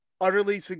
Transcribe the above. utterly